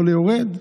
עולה-יורד.